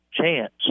chance